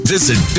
Visit